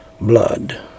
blood